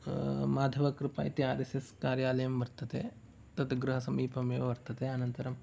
माधवकृपा इति R S S कार्यालयं वर्तते तद् गृह समीपमेव वर्तते अनन्तरं